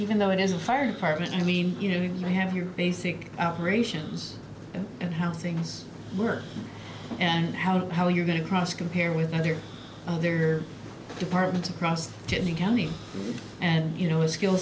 even though it is a fire department i mean you know you have your basic operations and how things work and how to how you're going to cross compare with other their departments across the county and you know a skill